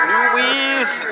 Louise